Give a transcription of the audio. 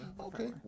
Okay